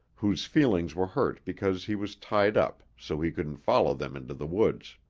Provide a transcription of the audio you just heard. whose feelings were hurt because he was tied up so he couldn't follow them into the woods.